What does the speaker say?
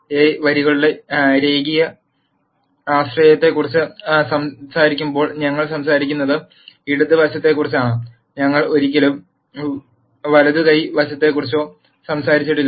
A വരികളുടെ രേഖീയ ആശ്രയത്വത്തെക്കുറിച്ച് സംസാരിക്കുമ്പോൾ ഞങ്ങൾ സംസാരിക്കുന്നത് ഇടത് വശത്തെക്കുറിച്ചാണ് ഞങ്ങൾ ഒരിക്കലും വലതു കൈ വശത്തെക്കുറിച്ച് സംസാരിച്ചിട്ടില്ല